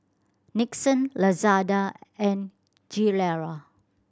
Nixon Lazada and Gilera